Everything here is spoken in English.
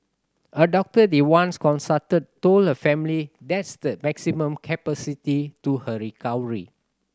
a doctor they once consulted told her family that's the maximum capacity to her recovery